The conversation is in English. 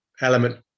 element